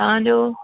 तव्हांजो